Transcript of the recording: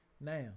Now